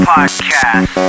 Podcast